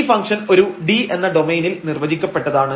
ഈ ഫംഗ്ഷൻ ഒരു D എന്ന ഡൊമൈനിൽ നിർവചിക്കപ്പെട്ടതാണ്